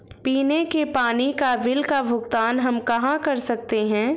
पीने के पानी का बिल का भुगतान हम कहाँ कर सकते हैं?